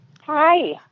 Hi